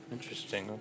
Interesting